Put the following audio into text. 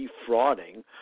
defrauding